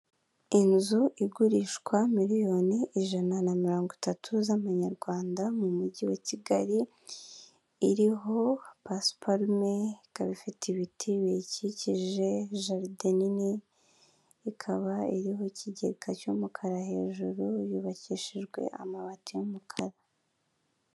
Inzu igurishwa miliyoni ijana na mirongo itatu z'amanyarwanda mu mujyi wa Kigali, iriho pasiparume, ikaba ifite ibiti biyikikije, jaride nini ikaba iriho ikigega cy'umukara hejuru yubakishijwe amabati y'umukara.